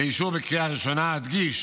לאישור בקריאה ראשונה, אדגיש